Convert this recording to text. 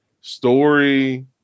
Story